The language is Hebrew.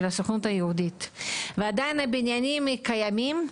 של הסוכנות היהודית ועדיין הבניינים קיימים,